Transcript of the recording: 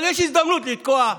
אבל יש הזדמנות לתקוע,